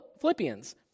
philippians